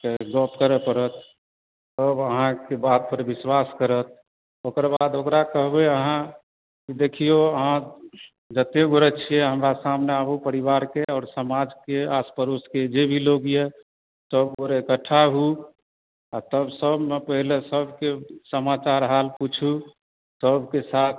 सँ गप करय पड़त सभ अहाँके बातपर विश्वास करत ओकर बाद ओकरा कहबै अहाँ देखियौ अहाँ जतेक गोटे छियै हमरा सामने परिवारकेँ आओर समाजके आस पड़ोसके जे भी लोक यए सभ गोटे इकट्ठा होउ आ तब सभमे पहिले सभके समाचार हाल पुछू सभके साथ